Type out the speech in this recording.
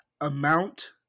amount